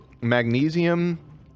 magnesium